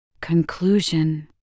Conclusion